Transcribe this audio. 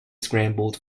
scrambled